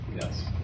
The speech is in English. Yes